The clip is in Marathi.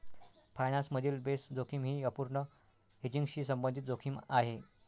फायनान्स मधील बेस जोखीम ही अपूर्ण हेजिंगशी संबंधित जोखीम आहे